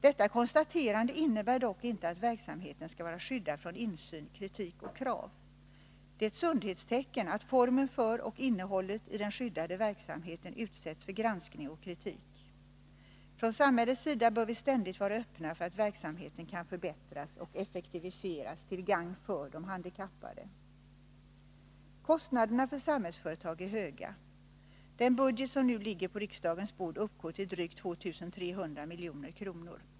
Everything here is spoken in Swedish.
Detta konstaterande innebär dock inte att verksamheten skall vara skyddad från insyn, kritik och krav. Det är ett sundhetstecken att formen för och innehållet i den skyddade verksamheten utsätts för granskning och kritik. Från samhällets sida bör vi ständigt vara öppna för att verksamheten kan förbättras och effektiviseras, till gagn för de handikappade. Kostnaderna för Samhällsföretag är höga. Den budget som nu ligger på riksdagens bord uppgår till drygt 2 300 milj.kr.